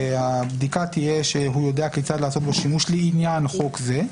הבדיקה תהיה שהוא יודע כיצד לעשות בו שימוש לעניין חוק זה,